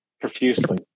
profusely